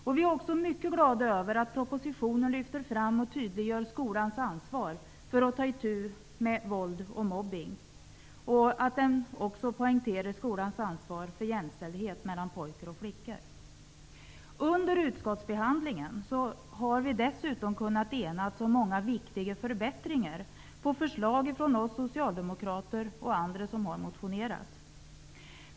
Vi är också mycket glada över att propositionen lyfter fram och tydliggör skolans ansvar för att ta itu med våld och mobbning. På samma sätt poängteras skolans ansvar för jämställdhet mellan pojkar och flickor. Under utskottsbehandlingen har vi dessutom kunnat enas om många viktiga förbättringar, på förslag från oss socialdemokrater och andra som har motionerat.